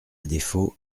défaut